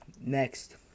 next